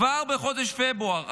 כבר בחודש פברואר,